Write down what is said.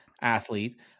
athlete